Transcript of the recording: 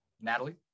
Natalie